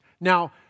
Now